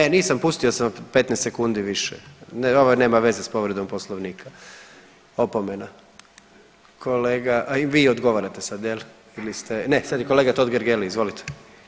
Ne nisam, pustio sam 15 sekundi više, ovo nema veze s povredom Poslovnika, opomena, kolega, a i vi odgovarate sad je li, bili ste, ne sad je kolega Totgergeli, izvolite.